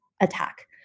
attack